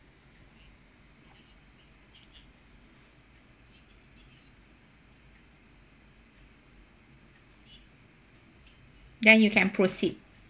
then you can proceed